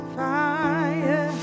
fire